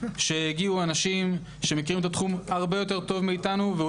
כשהגיעו אנשים שמכירים את התחום הרבה יותר טוב מאתנו וגם